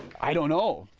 i don't know.